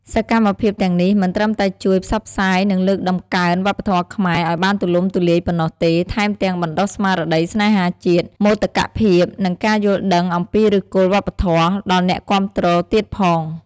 សកម្មភាពទាំងនេះមិនត្រឹមតែជួយ ផ្សព្វផ្សាយនិងលើកតម្កើងវប្បធម៌ខ្មែរ ឱ្យបានទូលំទូលាយប៉ុណ្ណោះទេ ថែមទាំង បណ្ដុះស្មារតីស្នេហាជាតិ មោទកភាព និងការយល់ដឹងអំពីឫសគល់វប្បធម៌ ដល់អ្នកគាំទ្រទៀតផង។